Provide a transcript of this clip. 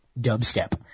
dubstep